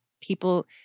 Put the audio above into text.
people